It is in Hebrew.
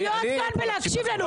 להיות כאן ולהקשיב לנו.